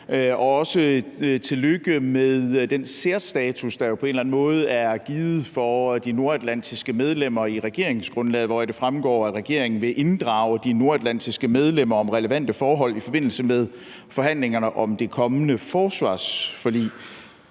også tillykke med den særstatus, der på en eller anden måde er givet for de nordatlantiske medlemmer i regeringsgrundlaget, hvoraf det fremgår, at regeringen vil inddrage de nordatlantiske medlemmer om relevante forhold i forbindelse med forhandlingerne om det kommende forsvarsforlig.